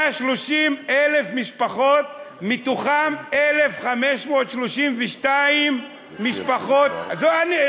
130,000 משפחות, מהן 1,532 משפחות, מדינת